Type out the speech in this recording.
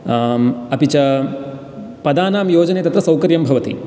अपि च पदानां योजने तत्र सौकर्यं भवति